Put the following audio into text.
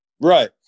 Right